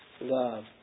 love